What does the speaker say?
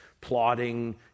plotting